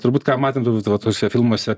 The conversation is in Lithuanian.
turbūt ką matom turbūt va tuose filmuose